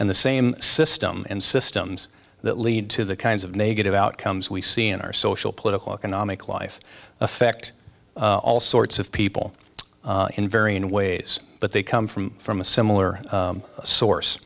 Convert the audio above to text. and the same system and systems that lead to the kinds of negative outcomes we see in our social political economic life affect all sorts of people in varying ways but they come from from a similar source